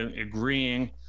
agreeing